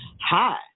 hi